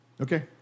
Okay